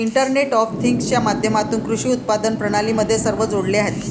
internet of थिंग्जच्या माध्यमातून कृषी उत्पादन प्रणाली मध्ये सर्व जोडलेले आहेत